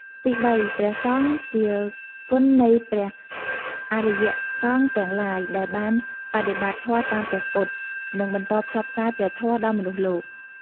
ទីបី ព្រះសង្ឃ ជាគុណនៃព្រះអរិយសង្ឃទាំងឡាយដែលបានបដិបត្តិធម៌តាមព្រះពុទ្ធ និងបន្តផ្សព្វផ្សាយព្រះធម៌ដល់មនុស្សលោក។